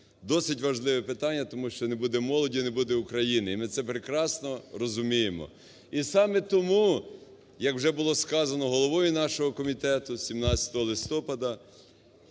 досить важливе питання. Тому що, не буде молоді – не буде України. І ми це прекрасно розуміємо. І саме тому, як вже було сказано головою нашого комітету 17 листопада,